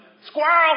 squirrel